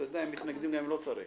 אתה יודע, הם מתנגדים גם אם לא צריך.